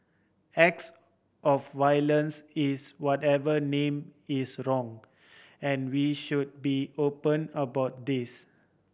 acts of violence is whatever name is wrong and we should be open about this